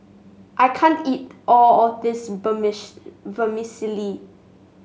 I can't eat all of this Vermicelli